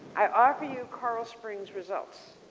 i offer you carl springs results